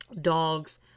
dogs